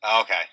Okay